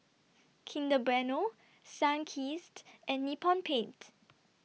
Kinder Bueno Sunkist and Nippon Paint